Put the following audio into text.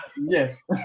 Yes